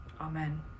Amen